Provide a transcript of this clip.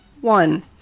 one